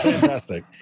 fantastic